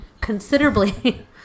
considerably